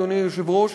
אדוני היושב-ראש,